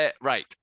Right